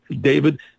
David